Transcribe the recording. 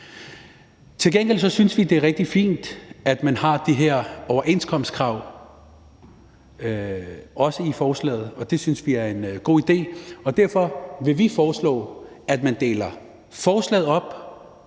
Til gengæld synes vi, det er rigtig fint, at man også har de her overenskomstkrav i forslaget. Det synes vi er en god idé, og derfor vil vi foreslå, at man deler forslaget op,